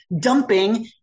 dumping